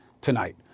tonight